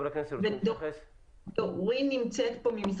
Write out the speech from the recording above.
מי בעד אישור התקנות?